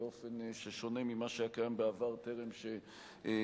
באופן שונה ממה שהיה קיים טרם נחקק